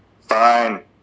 Fine